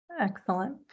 Excellent